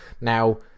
Now